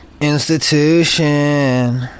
Institution